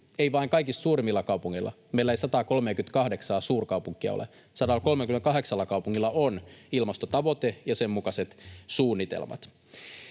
ei vain kaikista suurimmilla kaupungeilla — meillä ei 138:aa suurkaupunkia ole — vaan 138 kaupungilla on ilmastotavoite ja sen mukaiset suunnitelmat.